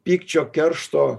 pykčio keršto